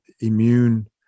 immune